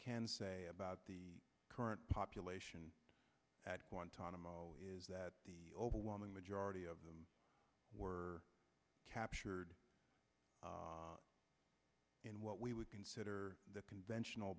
can say about the current population at guantanamo is that the overwhelming majority of them were captured in what we would consider the conventional